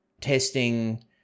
testing